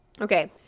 Okay